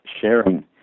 sharing